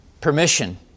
permission